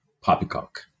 poppycock